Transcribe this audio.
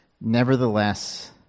Nevertheless